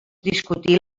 discutir